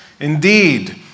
Indeed